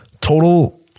total